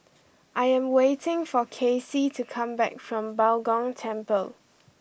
I am waiting for Kacey to come back from Bao Gong Temple